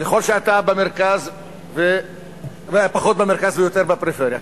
ככל שאתה פחות במרכז ויותר בפריפריה,